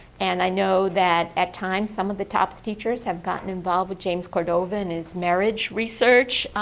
and i know that at times, some of the topss teachers have gotten involved with james cordova and his marriage research.